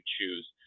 choose